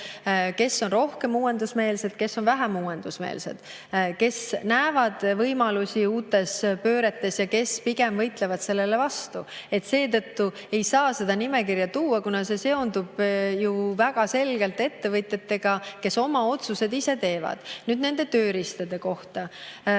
kes on rohkem uuendusmeelsed, kes on vähem uuendusmeelsed, kes näevad võimalusi uutes pööretes ja kes pigem võitlevad nende vastu. Seetõttu ei saa seda nimekirja tuua, kuna see seondub ju väga selgelt ettevõtjatega, kes teevad oma otsused ise. Nüüd nende tööriistade kohta.